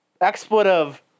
expletive